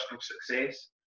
success